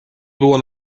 było